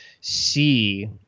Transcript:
see